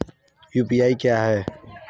UPI क्या है?